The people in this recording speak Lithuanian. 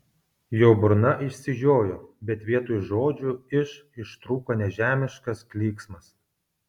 jo burna išsižiojo bet vietoj žodžių iš ištrūko nežemiškas klyksmas